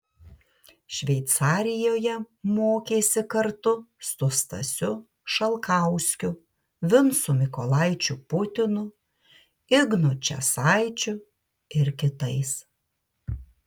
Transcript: šveicarijoje mokėsi kartu su stasiu šalkauskiu vincu mykolaičiu putinu ignu česaičiu ir kitais